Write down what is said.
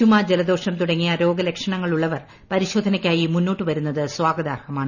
ചുമ ജലദോഷം തുടങ്ങിയ രോഗലക്ഷണ ങ്ങളുള്ളവർ പരിശോധനയ്ക്കായി മുന്നോട്ട് വരുന്നത് സ്വാഗതാർ ഹമാണ്